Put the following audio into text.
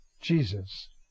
Jesus